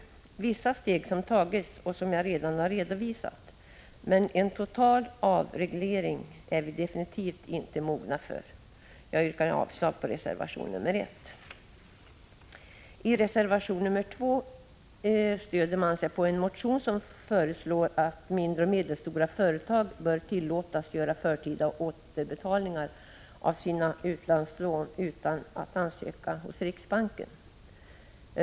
Vissa steg har ju tagits, och dem har jag redan redovisat, men en total avreglering är vi absolut inte mogna för. Vi avstyrker därför reservation 1. I reservation 2 stöder man sig på en motion där det föreslås att mindre och medelstora företag skall tillåtas göra förtida återbetalningar av sina utlands lån utan att ansöka hos riksbanken.